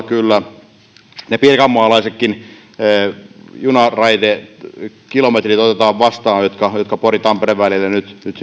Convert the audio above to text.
kyllä ilolla ne pirkanmaalaisetkin junaraidekilometrit otetaan vastaan jotka myöskin pori tampere välillä nyt